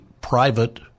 private